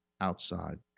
outside